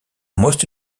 most